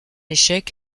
échec